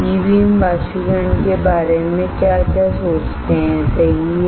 ई बीम वाष्पीकरण के बारे में क्या क्या सोचते हैं सही है